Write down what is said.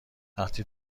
وقتی